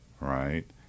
right